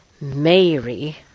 mary